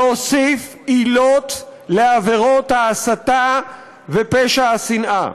להוסיף עילות לעבירות ההסתה ופשע השנאה,